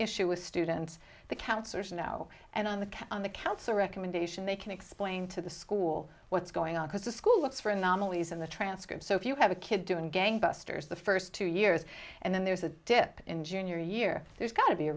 issue with students the counselors now and on the on the council recommendation they can explain to the school what's going on because the school looks for anomalies in the transcript so if you have a kid doing gangbusters the first two years and then there's a dip in junior year there's got to be a